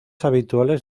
habituales